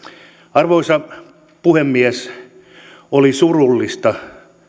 arvoisa puhemies oli surullista